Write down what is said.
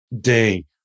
Day